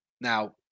Now